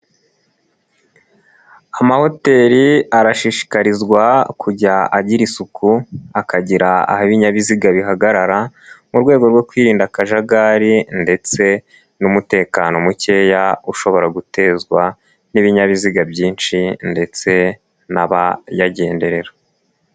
Amahoteli arashishikarizwa kujya agira isuku, akagira aho ibinyabiziga bihagarara mu rwego rwo kwirinda akajagari ndetse n'umutekano mukeya ushobora gutezwa n'ibinyabiziga byinshi ndetse n'abayagenderera.